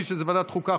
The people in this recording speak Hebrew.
הרווחה.